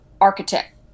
architect